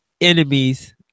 enemies